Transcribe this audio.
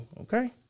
Okay